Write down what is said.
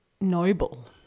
noble